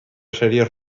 serios